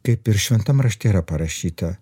kaip ir šventam rašte yra parašyta